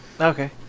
Okay